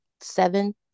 seven